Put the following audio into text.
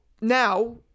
now